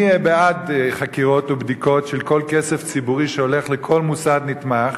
אני בעד חקירות ובדיקות של כל כסף ציבורי שהולך לכל מוסד נתמך,